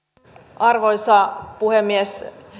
arvoisa puhemies